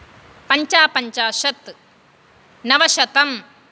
पञ्चपञ्चाशत् नवशतम्